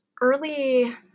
early